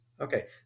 Okay